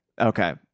Okay